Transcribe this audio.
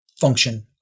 function